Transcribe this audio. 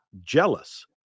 jealous